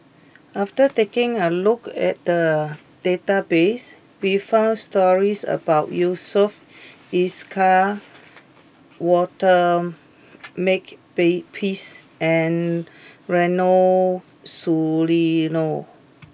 after taking a look at the database we found stories about Yusof Ishak Walter Make bay peace and Ronald Susilo